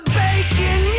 bacon